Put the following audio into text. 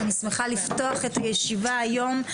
אני שמחה לפתוח את הישיבה היום.